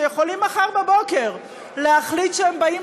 שיכולים מחר בבוקר להחליט שהם באים